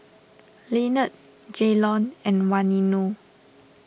Lynnette Jaylon and Waino